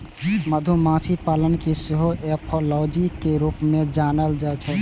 मधुमाछी पालन कें सेहो एपियोलॉजी के रूप मे जानल जाइ छै